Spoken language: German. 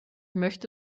möchte